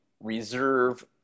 reserve